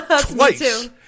Twice